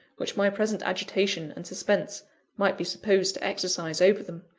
which my present agitation and suspense might be supposed to exercise over them.